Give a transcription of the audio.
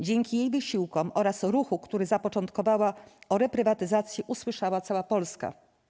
Dzięki jej wysiłkom oraz ruchu, który zapoczątkowała, o reprywatyzacji usłyszała cała Polska.